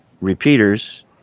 repeaters